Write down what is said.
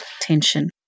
tension